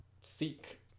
seek